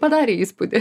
padarė įspūdį